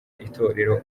itorero